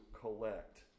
collect